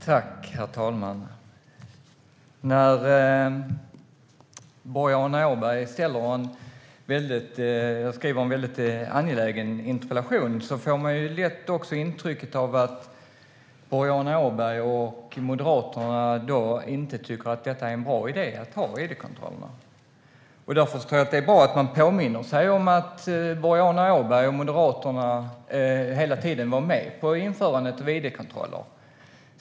Herr talman! När Boriana Åberg skriver en väldigt angelägen interpellation kan man få intrycket av att Boriana Åberg och Moderaterna inte tycker att det är en bra idé att ha id-kontroller. Därför är det bra att man påminner sig om att Boriana Åberg och Moderaterna hela tiden var med på införandet av id-kontrollerna.